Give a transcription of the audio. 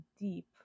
deep